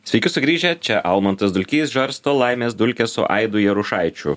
sveiki sugrįžę čia almantas dulkys žarsto laimės dulkes su aidu jarušaičiu